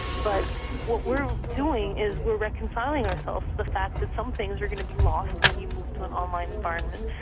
but what we're doing is we're reconciling ourselves to the fact that some things are going to be lost when you move to an online environment,